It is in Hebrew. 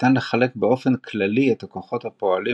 ניתן לחלק באופן כללי את הכוחות הפועלים